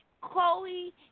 Chloe